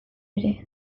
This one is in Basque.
ere